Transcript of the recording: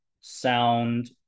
sound